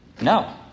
No